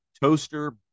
toaster